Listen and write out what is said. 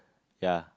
ya